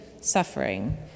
suffering